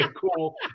cool